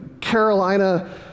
Carolina